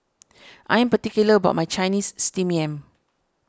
I am particular about my Chinese Steamed Yam